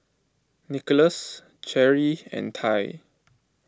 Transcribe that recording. Nicholaus Cheri and Tai